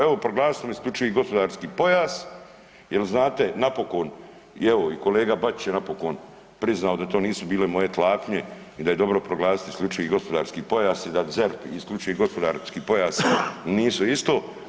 Evo proglasili isključivi gospodarski pojas jer znate napokon i evo i kolega Bačić je napokon priznao da to nisu bile moje tlapnje i da je dobro proglasiti isključivi gospodarski pojas i da ZERP isključivi gospodarski pojas nisu isto.